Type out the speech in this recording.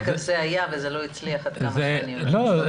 זה היה אבל לא הצליח, עד כמה שאני יודעת.